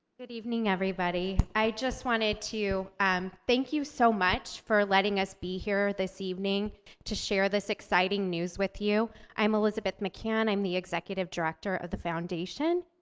good evening, everybody. i just wanted to um thank you so much for letting us be here this evening to share this exciting news with you. i'm elizabeth mccann, i'm the executive director of the foundation.